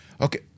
Okay